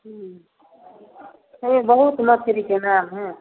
हुँ हे बहुत मछरीके नाम हइ